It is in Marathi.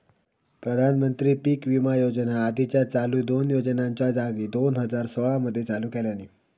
प्रधानमंत्री पीक विमा योजना आधीच्या चालू दोन योजनांच्या जागी दोन हजार सोळा मध्ये चालू केल्यानी